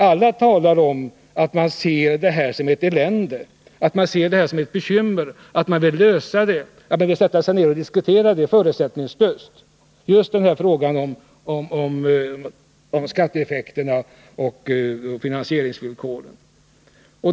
Alla talar om att man ser detta som ett elände och ett bekymmer; att man vill lösa problemet; att man vill sätta sig ned och förutsättningslöst diskutera just den här frågan om skatteeffekterna och finansieringsvillkoren.